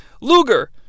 Luger